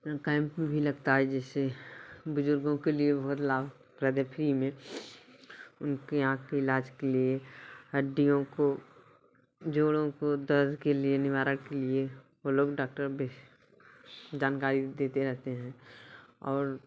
camp भी लगता है जिससे बुजुर्गों के लिए लाभप्रद फ्री में उनके आँख के इलाज के लिए हड्डियों को जोड़ों को दर्द के लिए निवारक के लिए वो लोग डाक्टर भेज जानकारी देते रहते हैं और